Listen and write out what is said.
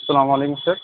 السّلام علیکم سر